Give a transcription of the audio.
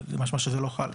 זה רק עניינים של נוסח.